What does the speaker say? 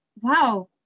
wow